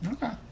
Okay